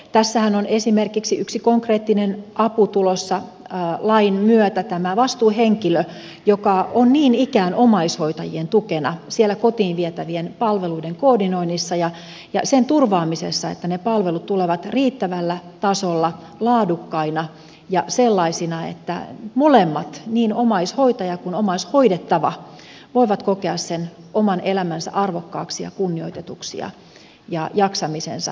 tässähän on esimerkiksi yksi konkreettinen apu tulossa lain myötä tämä vastuuhenkilö joka on niin ikään omaishoitajien tukena siellä kotiin vietävien palveluiden koordinoinnissa ja sen turvaamisessa että ne palvelut tulevat riittävällä tasolla laadukkaina ja sellaisina että molemmat niin omaishoitaja kuin omaishoidettava voivat kokea sen oman elämänsä arvokkaaksi ja kunnioitetuksi ja jaksamisensa turvatuksi